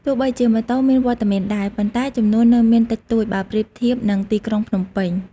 ទោះបីជាម៉ូតូមានវត្តមានដែរ ប៉ុន្តែចំនួននៅមានតិចតួចបើប្រៀបធៀបនឹងទីក្រុងភ្នំពេញ។